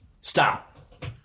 Stop